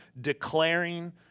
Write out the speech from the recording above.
declaring